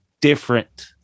different